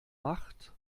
macht